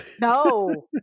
no